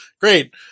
Great